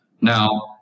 Now